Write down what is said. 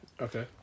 okay